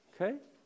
okay